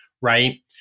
right